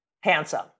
handsome